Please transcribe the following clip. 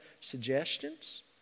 suggestions